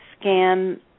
scan